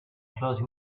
closing